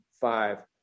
five